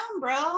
bro